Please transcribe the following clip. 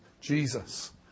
Jesus